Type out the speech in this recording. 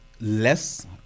less